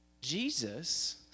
Jesus